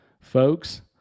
Folks